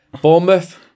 Bournemouth